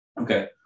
okay